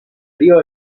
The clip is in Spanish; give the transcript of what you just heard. río